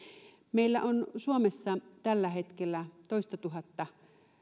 meillä on suomessa tällä hetkellä toistatuhatta